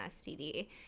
STD